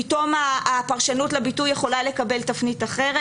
פתאום הפרשנות לביטוי יכולה לקבל תפנית אחרת.